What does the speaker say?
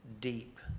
deep